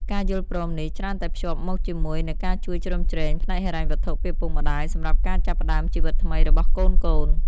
ការយល់ព្រមនេះច្រើនតែភ្ជាប់មកជាមួយនូវការជួយជ្រោមជ្រែងផ្នែកហិរញ្ញវត្ថុពីឪពុកម្ដាយសម្រាប់ការចាប់ផ្តើមជីវិតថ្មីរបស់កូនៗ។